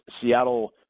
Seattle